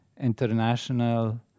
international